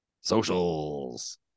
Socials